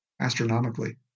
Astronomically